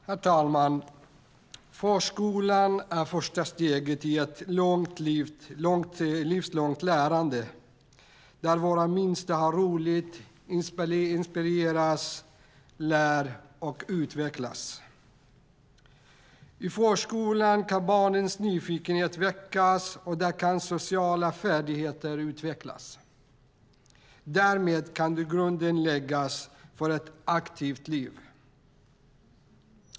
Herr talman! Förskolan är första steget i ett livslångt lärande där våra minsta har roligt, inspireras, lär och utvecklas. I förskolan kan barnens nyfikenhet väckas och sociala färdigheter utvecklas. Därmed kan grunden läggas för ett aktivt liv.